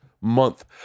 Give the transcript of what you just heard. month